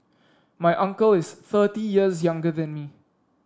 my uncle is thirty years younger than me